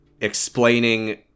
Explaining